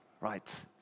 Right